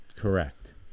Correct